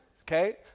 okay